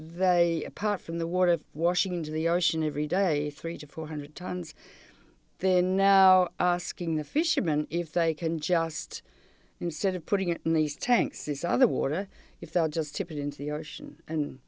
they part from the water washing into the ocean every day three to four hundred tons then now asking the fisherman if they can just instead of putting it in these tanks is other water if they are just to put into the ocean and